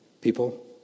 People